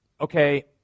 okay